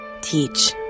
Teach